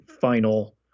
final